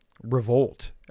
revolt